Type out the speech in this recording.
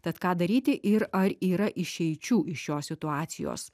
tad ką daryti ir ar yra išeičių iš šios situacijos